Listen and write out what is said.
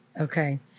Okay